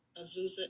Azusa